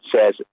says